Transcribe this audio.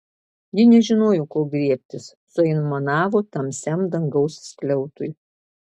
ji nežinojo ko griebtis suaimanavo tamsiam dangaus skliautui